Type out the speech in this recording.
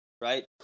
right